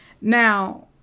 Now